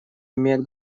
имеет